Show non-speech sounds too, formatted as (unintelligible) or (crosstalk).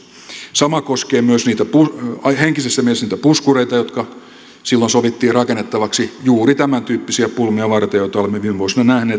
sama koskee myös henkisessä mielessä niitä puskureita jotka silloin sovittiin rakennettavaksi juuri tämäntyyppisiä pulmia varten joita olemme viime vuosina nähneet (unintelligible)